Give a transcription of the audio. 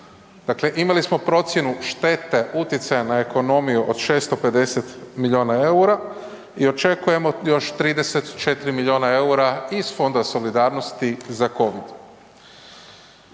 imali smo procjenu štete utjecaja na ekonomiju od 650 milijuna eura i očekujemo još 34 milijuna eura iz Fonda solidarnosti za covid.